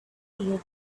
you